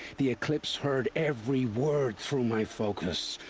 the eclipse heard every word through my focus!